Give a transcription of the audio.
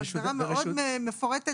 זאת הגדרה מאוד מפורטת,